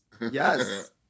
Yes